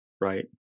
right